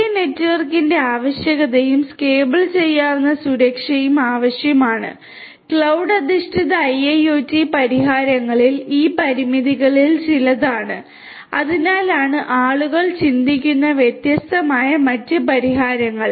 വലിയ നെറ്റ്വർക്കിന്റെ ആവശ്യകതയും സ്കേബിൾ ചെയ്യാവുന്ന സുരക്ഷയും ആവശ്യമാണ് ക്ലൌഡ് അധിഷ്ഠിത IIoT പരിഹാരങ്ങളിൽ ഈ പരിമിതികളിൽ ചിലതാണ് അതിനാലാണ് ആളുകൾ ചിന്തിക്കുന്ന വ്യത്യസ്തമായ മറ്റ് പരിഹാരങ്ങൾ